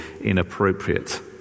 inappropriate